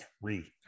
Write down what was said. three